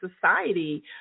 society